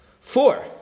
Four